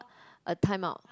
a time out